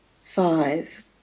Five